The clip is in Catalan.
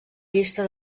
llista